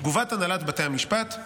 תגובת הנהלת בתי המשפט: